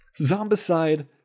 zombicide